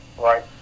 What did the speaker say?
right